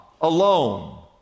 alone